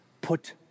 put